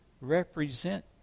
represent